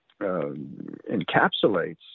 encapsulates